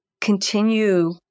continue